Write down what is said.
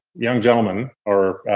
young gentlemen or